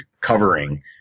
covering